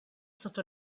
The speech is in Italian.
sotto